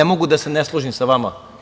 Ne mogu da se ne složim sa vama.